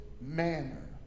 manner